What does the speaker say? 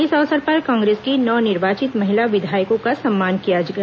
इस अवसर पर कांगेस की नव निर्वाचित महिला विधायकों का सम्मान किया गया